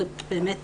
זה באמת